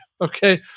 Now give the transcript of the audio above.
Okay